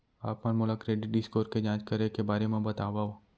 आप मन मोला क्रेडिट स्कोर के जाँच करे के बारे म बतावव?